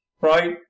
right